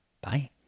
Bye